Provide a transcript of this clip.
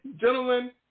gentlemen